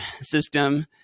system